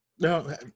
No